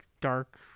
dark